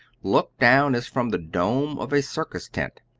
look down as from the dome of a circus tent.